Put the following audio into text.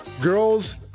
Girls